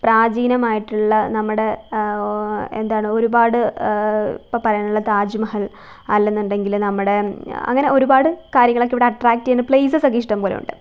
പ്രാചീനമായിട്ടുള്ള നമ്മുടെ എന്താണ് ഒരുപാട് ഇപ്പോള് പറയാനുള്ളത് താജ്മഹൽ അല്ലെന്നുണ്ടെങ്കില് നമ്മുടെ അങ്ങനെ ഒരുപാട് കാര്യങ്ങളൊക്കെ ഇവിടെ അട്രാക്റ്റെയ്യുന്ന പ്ലെയിസസൊക്കെ ഇഷ്ടമ്പോലെയുണ്ട്